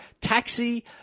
Taxi